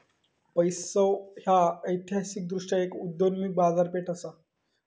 पैसो ह्या ऐतिहासिकदृष्ट्यो एक उदयोन्मुख बाजारपेठ असा